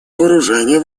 вооружений